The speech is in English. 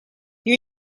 you